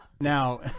Now